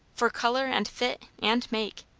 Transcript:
for colour and fit and make!